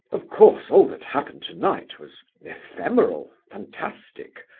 of course, all that happened tonight was ephemeral, fantastic,